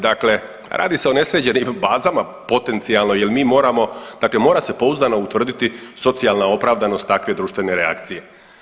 Dakle, radi se o nesređenim bazama potencijalno jel mi moramo dakle mora se pouzdano utvrditi socijalna opravdanost takve društvene reakcije.